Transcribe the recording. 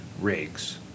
rigs